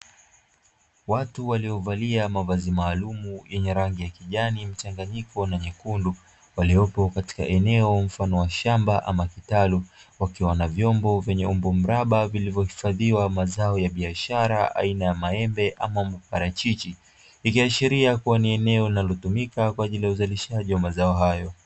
Watu waliovalia mavazi maalum yenye rangi ya kijani mchanganyiko na nyekundu, waliopo katika eneo mfano wa shamba ama kitalu wakiwa na vyombo vyenye umbo mraba; vilivyohifadhiwa mazao ya biashara aina ya maembe ama parachichi, ikiashiria kuwa ni eneo linalotumika kwa ajili ya uzalishaji wa mazao hayo.